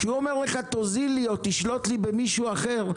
כשהוא אומר לך תוזיל לי או תשלוט לי במישהו אחר,